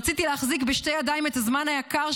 רציתי להחזיק בשתי ידיים את הזמן היקר,